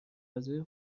غذای